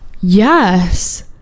Yes